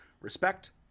Respect